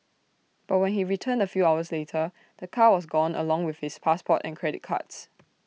but when he returned A few hours later the car was gone along with his passport and credit cards